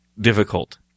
difficult